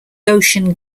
goshen